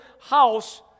house